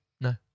No